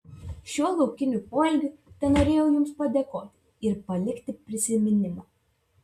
šiuo laukiniu poelgiu tenorėjau jums padėkoti ir palikti prisiminimą